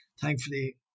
thankfully